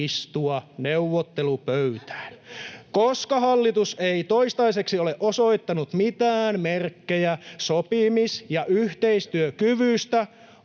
istua neuvottelupöytään. Koska hallitus ei toistaiseksi ole osoittanut mitään merkkejä sopimis- ja yhteistyökyvystä,